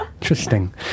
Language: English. Interesting